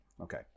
Okay